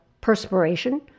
perspiration